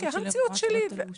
מהמציאות שלי זה לא תלוש.